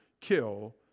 kill